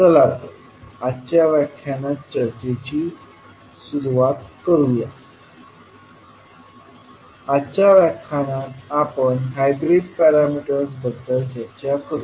चला तर आजच्या व्याख्यानात चर्चेची सुरुवात करूया आजच्या व्याख्यानात आपण हायब्रीड पॅरामीटर्स बद्दल चर्चा करू